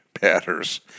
batters